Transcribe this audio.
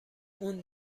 اون